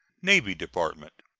navy department.